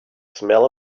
smell